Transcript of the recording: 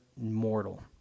mortal